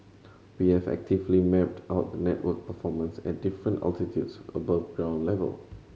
we have actively mapped out the network performance at different altitudes above ground level